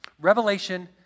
Revelation